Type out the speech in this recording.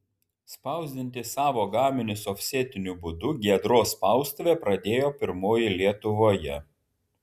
spausdinti savo gaminius ofsetiniu būdu giedros spaustuvė pradėjo pirmoji lietuvoje